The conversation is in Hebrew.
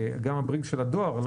גם הברינקס של הדואר.